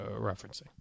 referencing